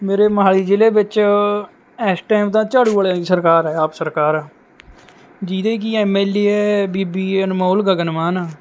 ਮੇਰੇ ਮੋਹਾਲੀ ਜ਼ਿਲ੍ਹੇ ਵਿੱਚ ਏਸ ਟਾਇਮ ਤਾਂ ਝਾੜੂ ਆਲਿਆਂ ਦੀ ਸਰਕਾਰ ਐ ਆਪ ਸਰਕਾਰ ਆ ਜਿਹਦੇ ਕਿ ਐਮ ਐੱਲ ਐ ਬੀਬੀ ਅਨਮੋਲ ਗਗਨ ਮਾਨ